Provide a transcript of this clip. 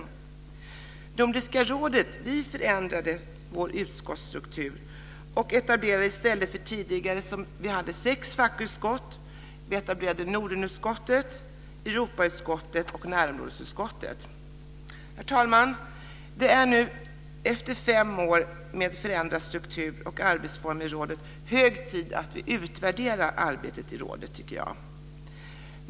I Nordiska rådet förändrade vi vår utskottsstruktur och etablerade - i stället för som tidigare sex fackutskott - Nordenutskottet, Europautskottet och närområdesutskottet. Herr talman! Det är nu efter fem år med förändrad struktur och arbetsform i rådet hög tid att vi utvärderar arbetet.